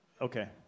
Okay